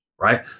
Right